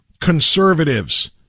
conservatives